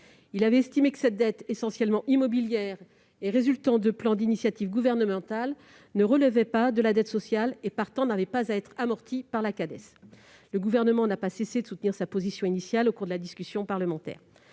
Il avait alors estimé que cette dette, essentiellement immobilière et résultant de plans d'initiative gouvernementale, ne relevait pas de la dette sociale et, partant, n'avait pas à être amortie par la Cades. Le Gouvernement n'a cessé de soutenir sa position initiale au cours de la discussion parlementaire